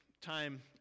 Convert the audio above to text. time